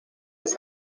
his